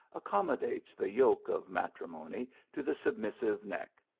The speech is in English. accommodates the yoke of matrimony to the submissive neck.